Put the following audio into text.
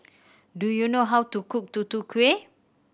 do you know how to cook Tutu Kueh